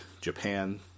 Japan